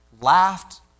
laughed